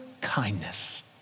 kindness